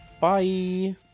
bye